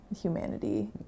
humanity